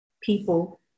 people